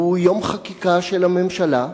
הוא יום חקיקה של הממשלה,